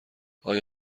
آیا